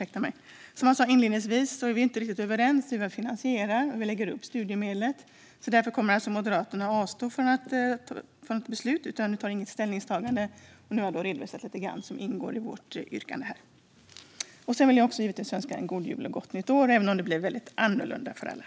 Som jag sa inledningsvis är vi inte riktigt överens om hur vi ska finansiera och lägga upp studiemedlet. Därför kommer alltså Moderaterna att avstå från ställningstagande när det gäller beslutet. Jag har nu redovisat lite grann av det som ingår i vårt yttrande. Jag vill önska en god jul och ett gott nytt år, även om det blir väldigt annorlunda för alla.